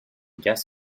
guess